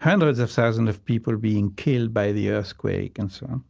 hundreds of thousands of people being killed by the earthquake? and so on.